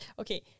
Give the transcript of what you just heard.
Okay